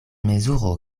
mezuro